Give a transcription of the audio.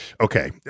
Okay